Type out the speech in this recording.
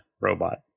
robot